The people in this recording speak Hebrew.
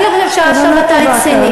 אני לא חושבת שעכשיו אתה רציני.